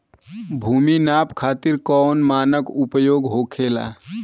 भूमि नाप खातिर कौन मानक उपयोग होखेला?